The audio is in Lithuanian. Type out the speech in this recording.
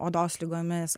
odos ligomis